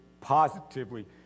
positively